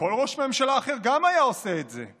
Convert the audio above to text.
כל ראש ממשלה אחר גם היה עושה את זה,